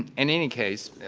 in any case,